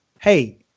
hey